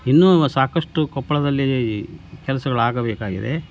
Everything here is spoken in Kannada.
ಇನ್ನೂ ಸಾಕಷ್ಟು ಕೊಪ್ಪಳದಲ್ಲಿ ಕೆಲಸಗಳು ಆಗಬೇಕಾಗಿದೆ